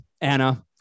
Anna